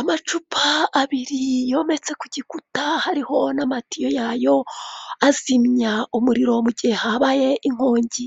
Amacupa abiri yometse ku gikuta hariho n'amatiyo yayo azimya umuriro mu gihe habaye inkongi,